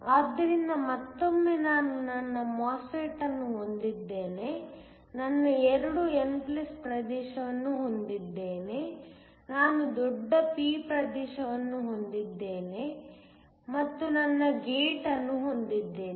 ಆದ್ದರಿಂದ ಮತ್ತೊಮ್ಮೆ ನಾನು ನನ್ನ MOSFET ಅನ್ನು ಹೊಂದಿದ್ದೇನೆ ನನ್ನ 2 n ಪ್ರದೇಶಗಳನ್ನು ಹೊಂದಿದ್ದೇನೆ ನಾನು ದೊಡ್ಡ p ಪ್ರದೇಶವನ್ನು ಹೊಂದಿದ್ದೇನೆ ಮತ್ತು ನನ್ನ ಗೇಟ್ ಅನ್ನು ಹೊಂದಿದ್ದೇನೆ